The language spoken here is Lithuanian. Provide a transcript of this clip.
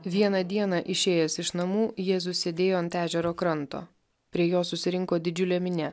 vieną dieną išėjęs iš namų jėzus sėdėjo ant ežero kranto prie jo susirinko didžiulė minia